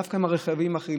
דווקא עם הרכבים האלה?